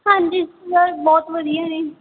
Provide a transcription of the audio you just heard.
ਹਾਂਜੀ ਸਰ ਬਹੁਤ ਵਧੀਆ ਨੇ